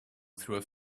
through